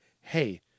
hey